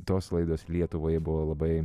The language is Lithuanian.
tos laidos lietuvai buvo labai